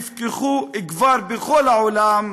שנפקחו כבר בכל העולם,